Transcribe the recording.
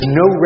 no